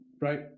Right